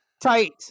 tight